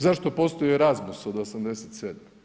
Zašto postoji rasmus od '87.